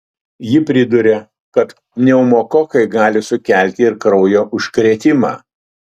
ji priduria kad pneumokokai gali sukelti ir kraujo užkrėtimą